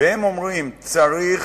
והם אומרים: צריך